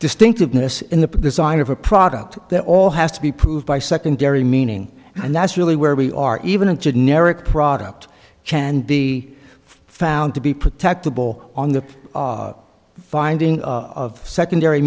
distinctiveness in the design of a product that all has to be proved by secondary meaning and that's really where we are even a generic product chand be found to be protectable on the finding of secondary